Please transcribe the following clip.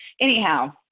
anyhow